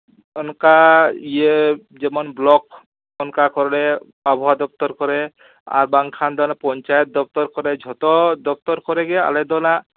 ᱚᱱᱠᱟ ᱤᱭᱟᱹ ᱡᱮᱢᱚᱱ ᱵᱞᱚᱠ ᱚᱱᱠᱟ ᱠᱚᱨᱮ ᱟᱵᱚᱦᱟᱣᱟ ᱫᱚᱯᱛᱚᱨ ᱠᱚᱨᱮ ᱟᱨ ᱵᱟᱝᱠᱷᱟᱱ ᱫᱚ ᱚᱱᱮ ᱯᱚᱧᱟᱪᱮᱛ ᱫᱚᱯᱛᱚᱨ ᱠᱚᱨᱮ ᱡᱷᱚᱛᱚ ᱫᱚᱯᱛᱚᱨ ᱠᱚᱨᱮ ᱫᱚ ᱟᱞᱮ ᱫᱚ ᱱᱟᱜ